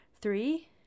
Three